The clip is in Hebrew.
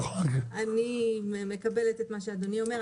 אני מקבלת את מה שאדוני אומר.